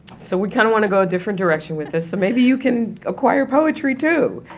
so we kind of want to go a different direction with this, so maybe you can acquire poetry, too.